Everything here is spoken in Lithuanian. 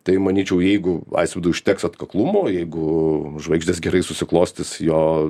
tai manyčiau jeigu laisvidui užteks atkaklumo jeigu žvaigždės gerai susiklostys jo